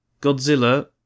Godzilla